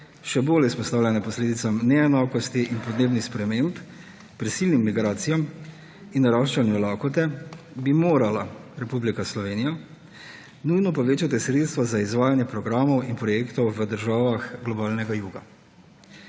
še bolj izpostavljene posledicam neenakosti in podnebnih sprememb, prisilnim migracijam in naraščanju lakote, bi morala Republika Slovenija nujno povečati sredstva za izvajanje programov in projektov v državah globalnega juga.